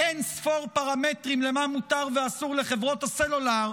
אין-ספור פרמטרים למה מותר ואסור לחברות הסלולר,